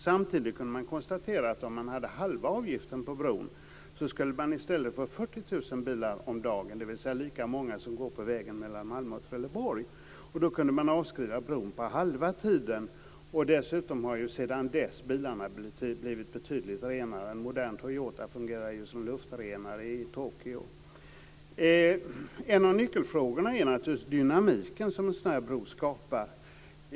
Samtidigt kunde man konstatera att det, om det var halva avgiften på bron, i stället skulle bli 40 000 bilar om dagen, dvs. lika många som går på vägen mellan Malmö och Trelleborg. Då kunde man avskriva bron på halva tiden. Dessutom har ju bilarna sedan dess blivit betydligt renare. En modern Toyota fungerar ju som luftrenare i Tokyo. En av nyckelfrågorna gäller naturligtvis den dynamik som en sådan här bro skapar.